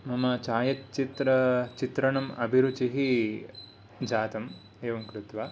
मम छायाचित्र चित्रणं अभिरुचिः जातं एवं कृत्वा